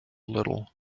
little